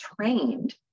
trained